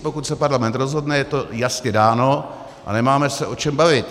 Pokud se parlament rozhodne, je to jasně dáno a nemáme se o čem bavit.